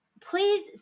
please